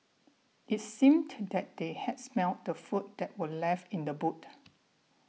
it's seemed that they had smelt the food that were left in the boot